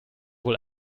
wohl